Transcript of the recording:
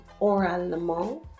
oralement